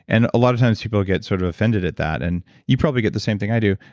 and a lot of times people get sort of offended at that and you probably get the same thing i do.